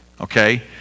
Okay